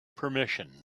permission